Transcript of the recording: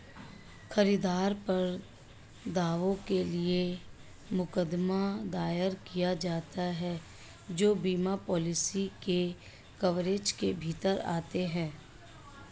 खरीदार पर दावों के लिए मुकदमा दायर किया जाता है जो बीमा पॉलिसी के कवरेज के भीतर आते हैं